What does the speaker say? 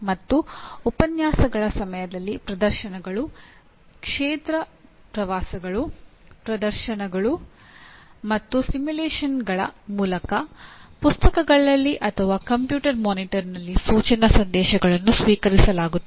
ಮತ್ತು ಉಪನ್ಯಾಸಗಳ ಸಮಯದಲ್ಲಿ ಪ್ರದರ್ಶನಗಳು ಕ್ಷೇತ್ರ ಪ್ರವಾಸಗಳು ಪ್ರದರ್ಶನಗಳು ಅಥವಾ ಸಿಮ್ಯುಲೇಶನ್ಗಳ ಮೂಲಕ ಪುಸ್ತಕಗಳಲ್ಲಿ ಅಥವಾ ಕಂಪ್ಯೂಟರ್ ಮಾನಿಟರ್ನಲ್ಲಿ ಸೂಚನಾ ಸಂದೇಶಗಳನ್ನು ಸ್ವೀಕರಿಸಲಾಗುತ್ತದೆ